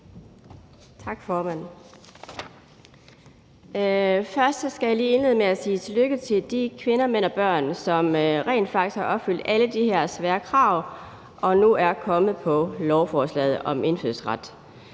Først skal jeg lige indlede med at sige tillykke til de kvinder, mænd og børn, som rent faktisk har opfyldt alle de her svære krav og nu er kommet på lovforslaget om indfødsret.